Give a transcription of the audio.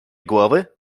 głowy